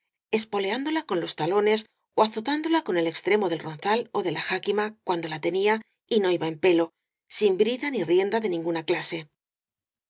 la con los talones ó azotándola con el extremo del ronzal ó de la jáquima cuando la tenía y no iba en pelo sin brida ni rienda de ninguna clase